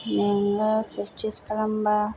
मेङो प्रेक्टिस खालामबा